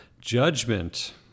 judgment